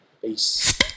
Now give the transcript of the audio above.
peace